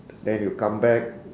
then you come back